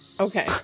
Okay